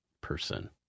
person